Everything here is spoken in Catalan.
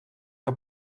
que